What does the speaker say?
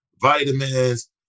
vitamins